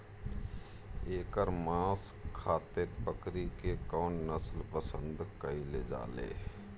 एकर मांस खातिर बकरी के कौन नस्ल पसंद कईल जाले?